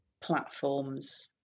platforms